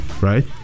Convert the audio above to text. Right